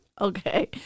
Okay